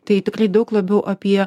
tai tikrai daug labiau apie